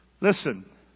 Listen